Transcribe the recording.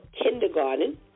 kindergarten